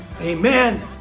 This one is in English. Amen